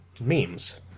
Memes